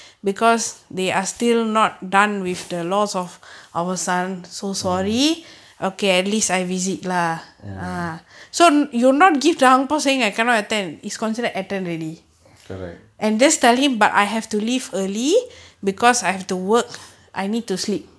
mm mm correct